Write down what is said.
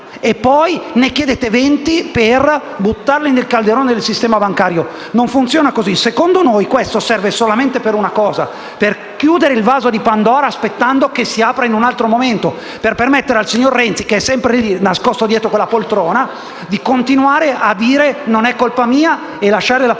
e poi ne chiedete 20 per buttarli nel calderone del sistema bancario? Non funziona così. Secondo noi questo serve solamente per una cosa, cioè per chiudere il vaso di Pandora aspettando che si apra in un altro momento per permettere al signor Renzi - che è sempre lì, nascosto dietro quella poltrona - di continuare a dire che non è colpa sua, lasciando la patata